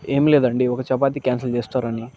ఏం లేదండీ ఒక చపాతి క్యాన్సల్ చేస్తారని